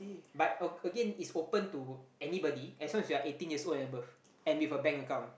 but ag~ again it's open to anybody as long as you're eighteen years old and above and with a bank account